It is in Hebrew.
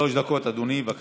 שלוש דקות אדוני, בבקשה.